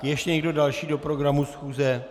Ještě někdo další do programu schůze?